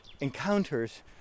encounters